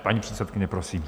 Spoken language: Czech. Paní předsedkyně, prosím.